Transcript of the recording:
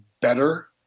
better